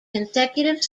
consecutive